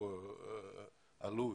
ממנה עלו,